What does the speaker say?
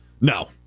No